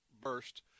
burst